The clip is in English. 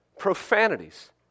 profanities